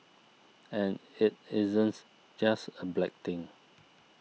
and it isn't just a black thing